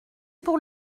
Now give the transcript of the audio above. pour